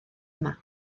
yma